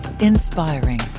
inspiring